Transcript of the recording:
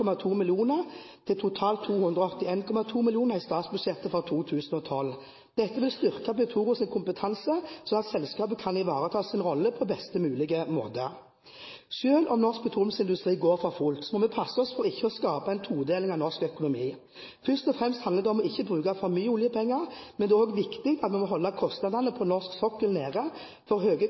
til totalt 281,2 mill. kr i statsbudsjettet for 2012. Dette vil styrke Petoros kompetanse, slik at selskapet kan ivareta sin rolle på en best mulig måte. Selv om norsk petroleumsindustri går for fullt, må vi passe oss for ikke å skape en todeling av norsk økonomi. Først og fremst handler det om ikke å bruke for mye oljepenger, men det er også viktig at vi må holde kostnadene på norsk sokkel nede, for